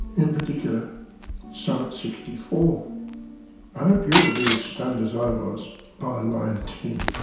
in particular sonnet sixty four? i hope you will be as stunned as i was by line ten.